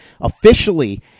officially